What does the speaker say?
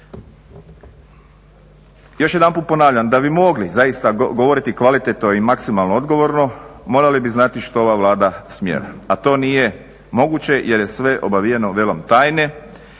Još jedanput ponavljam, da bi mogli zaista govoriti kvalitetno i maksimalno odgovorno morali bi znati što ova Vlada smjera, a to nije moguće jer je sve obvijeno velom tajne